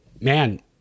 man—